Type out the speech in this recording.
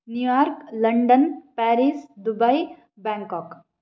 New York London Paris Dubai Bangkok